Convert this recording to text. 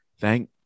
thank